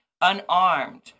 unarmed